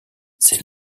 c’est